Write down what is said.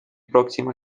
próxima